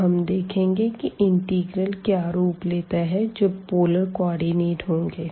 अब हम देखेंगे कि इंटीग्रल क्या रूप लेता है जब पोलर कोऑर्डिनेट होंगे